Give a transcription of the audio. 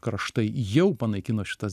kraštai jau panaikino šitas